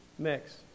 Mix